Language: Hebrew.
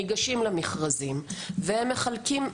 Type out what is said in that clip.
ניגשים למכרזים והם מחלקים,